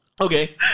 Okay